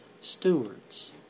stewards